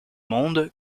mondes